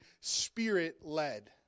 spirit-led